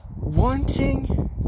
wanting